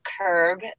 Curb